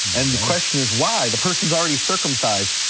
and the question is why, the person's already circumcised.